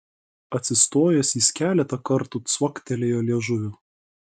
atsistojęs jis keletą kartų cvaktelėjo liežuviu